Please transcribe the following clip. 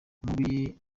mubi